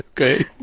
okay